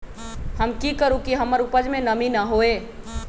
हम की करू की हमर उपज में नमी न होए?